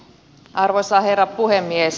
arvoisa herra puhemies